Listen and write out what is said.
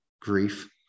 grief